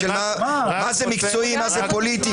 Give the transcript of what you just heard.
מה זה מקצועי, מה זה פוליטי.